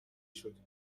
شدین